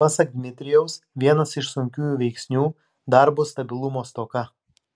pasak dmitrijaus vienas iš sunkiųjų veiksnių darbo stabilumo stoka